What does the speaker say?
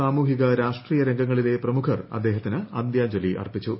സാമൂഹിക രാഷ്ട്രീയ രംഗങ്ങളിലെ പ്രമുഖർ അദ്ദേഹത്തിന് അന്ത്യാഞ്ജലി അർപ്പിച്ചു